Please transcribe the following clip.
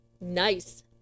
Nice